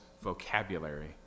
vocabulary